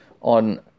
on